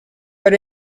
but